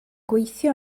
gweithio